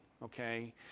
okay